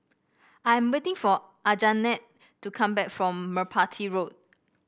I am waiting for Anjanette to come back from Merpati Road